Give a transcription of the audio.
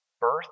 birth